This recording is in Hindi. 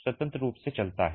स्वतंत्र रूप से चलता है